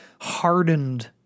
hardened